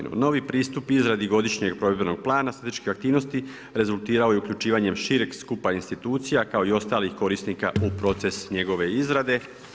Novi pristup izradi Godišnjeg provedbenog plana statističke aktivnosti rezultirao je uključivanjem šireg skupa institucija, kao i ostalih korisnika u proces njegove izrade.